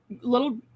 little